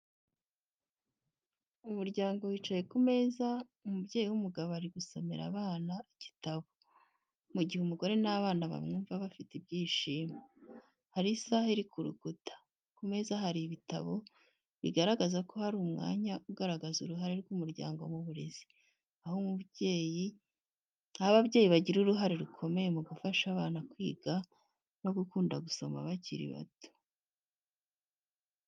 Umuryango wicaye ku meza, umubyeyi w’umugabo ari gusomera abana igitabo, mu gihe umugore n’abana bamwumva bafite ibyishimo. Hari isaha iri ku rukuta, ku meza hari ibitabo bigaragaza ko ari umwanya ugaragaza uruhare rw’umuryango mu burezi, aho ababyeyi bagira uruhare rukomeye mu gufasha abana kwiga no gukunda gusoma bakiri bato.